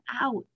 out